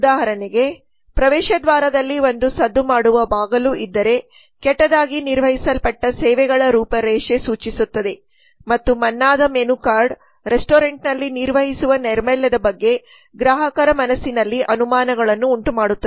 ಉದಾಹರಣೆಗೆ ಪ್ರವೇಶದ್ವಾರದಲ್ಲಿ ಒಂದು ಸದ್ದು ಮಾಡುವ ಬಾಗಿಲು ಇದ್ದರೆ ಕೆಟ್ಟದಾಗಿ ನಿರ್ವಹಿಸಲ್ಪಟ್ಟ ಸೇವೆಗಳ ರೂಪರೇಷ ಸೂಚಿಸುತ್ತದೆ ಮತ್ತು ಮಣ್ಣಾದ ಮೆನು ಕಾರ್ಡ್ ರೆಸ್ಟೋರೆಂಟ್ನಲ್ಲಿ ನಿರ್ವಹಿಸುವ ನೈರ್ಮಲ್ಯದ ಬಗ್ಗೆ ಗ್ರಾಹಕರ ಮನಸ್ಸಿನಲ್ಲಿ ಅನುಮಾನಗಳನ್ನು ಉಂಟುಮಾಡುತ್ತದೆ